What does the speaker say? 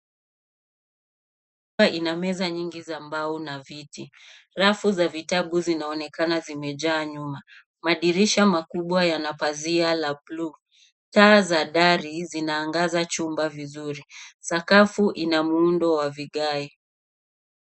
Nyumba inameza nyingi za mbao na viti. Rafu za vitabu zinaonekana zimejaa nyuma. Madirisha makubwa yanapazia la bluu. Taa za dari zinaangaza chumba vizuri. sakafu inamundo wa vigae.